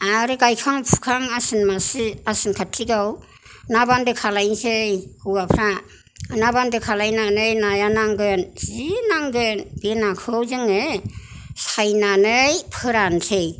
आरो गायखां फुखां आसिन आसिन कातिगाव ना बान्दो खालायनोसै हौवाफ्रा ना बान्दो खालायनानै नाया नांगोन जि नांगोन बे नाखौ जोङो सायनानै फोरानसै